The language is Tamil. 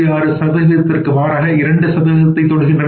6 சதவிகிதம் மாறாக 2 சதவிகிதத்தைத் தொடுகின்றன